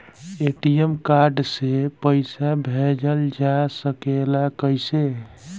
ATM card से पइसा भेजल जा सकेला कइसे?